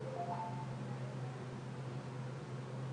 זה בגדול המסר שלנו והבקשה שלנו למערכת